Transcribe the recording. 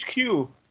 HQ